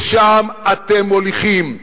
לשם אתם מוליכים.